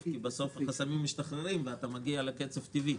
כי בסוף החסמים משתחררים ואז מגיעים לקצב טבעי.